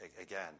again